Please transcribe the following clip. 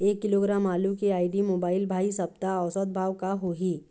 एक किलोग्राम आलू के आईडी, मोबाइल, भाई सप्ता औसत भाव का होही?